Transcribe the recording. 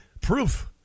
proof